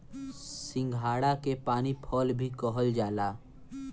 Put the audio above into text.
सिंघाड़ा के पानी फल भी कहल जाला